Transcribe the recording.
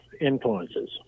influences